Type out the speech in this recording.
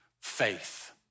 faith